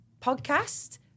podcast